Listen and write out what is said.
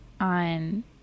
on